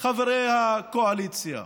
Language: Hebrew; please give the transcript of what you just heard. חברי הקואליציה.